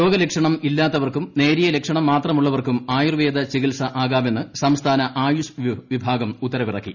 രോഗലക്ഷണം ഇല്ലാത്തവർക്കും നേരിയ ലക്ഷണം മാത്രമുള്ളവർക്കും ആയുർവേദ ചികിത്സ ആകാമെന്നും സംസ്ഥാന ആയുഷ് വിഭാഗം ഉത്തരവിറക്കി